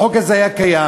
החוק הזה היה קיים,